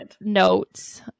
notes